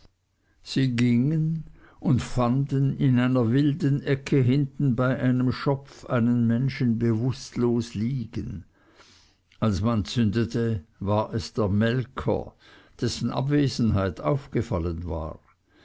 sie gingen und fanden in einer wilden ecke hinten bei einem schopf einen menschen bewußtlos liegen als man zündete war es der melker dessen abwesenheit aufgefallen war